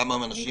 בכמה אנשים